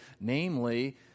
namely